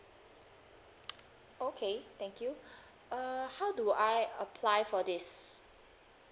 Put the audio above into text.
okay thank you uh how do I apply for this